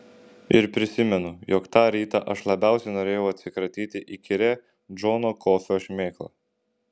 ir prisimenu jog tą rytą aš labiausiai norėjau atsikratyti įkyria džono kofio šmėkla